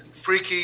freaky